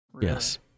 Yes